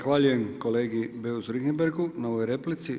Zahvaljujem kolegi Beus Richembergu na ovoj replici.